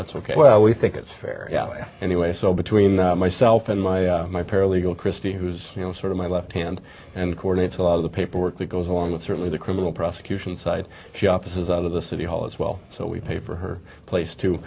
that's ok well we think it's fair anyway so between myself and my my paralegal christy who's you know sort of my left hand and coordinates a lot of the paperwork that goes along with certainly the criminal prosecution side shop this is out of the city hall as well so we pay for her place too